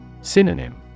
Synonym